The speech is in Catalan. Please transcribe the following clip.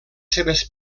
seves